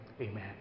Amen